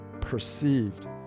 perceived